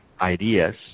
ideas